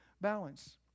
balance